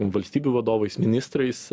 valstybių vadovais ministrais